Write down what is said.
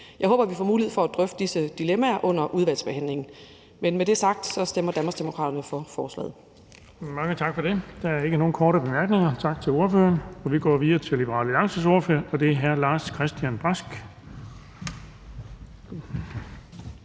Jeg håber, at vi får mulighed for at drøfte disse dilemmaer under udvalgsbehandlingen. Med det sagt stemmer Danmarksdemokraterne for forslaget.